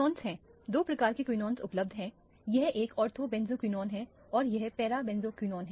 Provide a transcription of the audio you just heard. अब quinones हैं दो प्रकार के quinones उपलब्ध हैं यह एक ortho benzoquinone है और यह para benzoquinone है